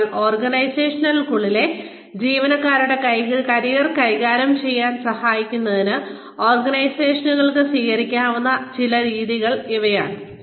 അതിനാൽ ഓർഗനൈസേഷനുകൾക്കുള്ളിലെ ജീവനക്കാരുടെ കരിയർ കൈകാര്യം ചെയ്യാൻ സഹായിക്കുന്നതിന് ഓർഗനൈസേഷനുകൾക്ക് സ്വീകരിക്കാവുന്ന ചില രീതികൾ ഇവയാണ്